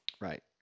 Right